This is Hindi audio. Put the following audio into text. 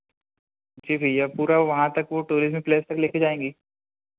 जी भैया पूरा वहाँ तक वो टूरिज़्म प्लेस तक लेकर जाएँगे